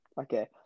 Okay